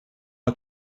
had